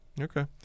okay